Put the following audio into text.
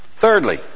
Thirdly